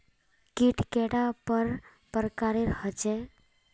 कीट कैडा पर प्रकारेर होचे?